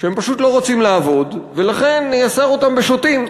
שהם פשוט לא רוצים לעבוד, ולכן נייסר אותם בשוטים,